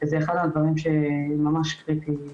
זה אחד הדברים שהוא ממש קריטי.